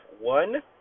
One